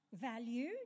value